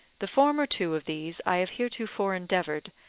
the former two of these i have heretofore endeavoured,